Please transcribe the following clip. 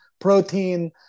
protein